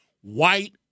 white